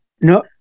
No